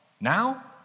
now